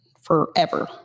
forever